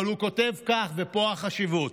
אבל הוא כותב כך, ופה החשיבות: